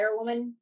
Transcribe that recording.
firewoman